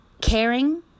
caring